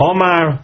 Omar